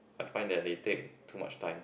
I find that they take too much time